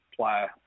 player